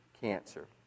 cancer